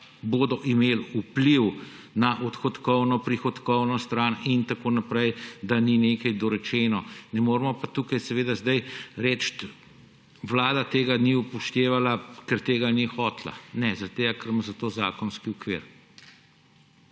bodo imeli vpliv na odhodkovno, prihodkovno stran in tako naprej, da nekaj ni dorečeno, ne moremo pa tukaj zdaj reči, da Vlada tega ni upoštevala, ker tega ni hotela. Ne, zaradi tega ker ima za to zakonski okvir.